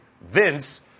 Vince